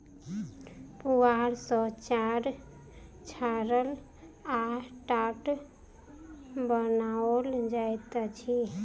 पुआर सॅ चार छाड़ल आ टाट बनाओल जाइत अछि